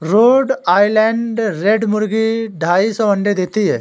road Island Red मुर्गी ढाई सौ अंडे देती है